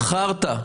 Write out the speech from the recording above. חרטא.